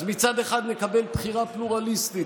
אז מצד אחד נקבל בחירה פלורליסטית,